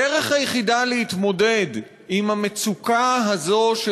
הדרך היחידה להתמודד עם המצוקה הזאת,